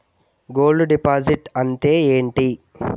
Gold deposit అంతే ఎంటి?